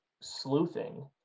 sleuthing